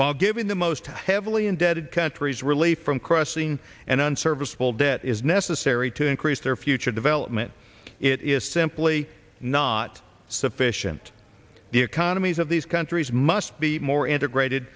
while giving the most heavily indebted countries relief from crossing and unserviceable debt is necessary to increase their future development it is simply not sufficient the economies of these countries must be more integrated